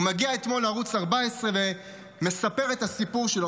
הוא מגיע אתמול לערוץ 14 ומספר את הסיפור שלו,